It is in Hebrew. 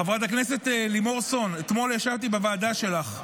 חברת הכנסת לימור סון, ישבתי בוועדה שלך.